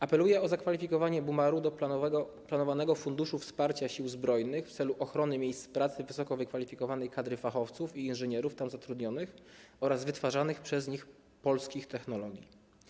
Apeluję o zakwalifikowanie Bumaru do planowanego Funduszu Wsparcia Sił Zbrojnych w celu ochrony miejsc pracy wysoko wykwalifikowanej kadry fachowców i inżynierów tam zatrudnionych oraz wytwarzanych przez nich polskich technologii.